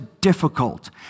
difficult